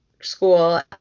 school